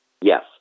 Yes